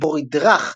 בו רידרך האל,